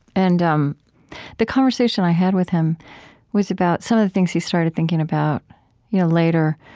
and um the conversation i had with him was about some of the things he started thinking about you know later.